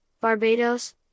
Barbados